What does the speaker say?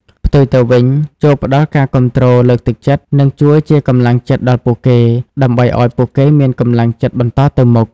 ផ្ទុយទៅវិញ ចូរផ្តល់ការគាំទ្រ លើកទឹកចិត្ត និងជួយជាកម្លាំងចិត្តដល់ពួកគេ ដើម្បីឱ្យពួកគេមានកម្លាំងចិត្តបន្តទៅមុខ។